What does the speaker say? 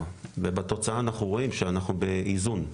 ובתוצאה אנחנו רואים שאנחנו באיזון.